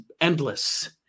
endless